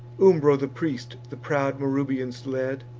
umbro the priest the proud marrubians led,